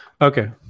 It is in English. okay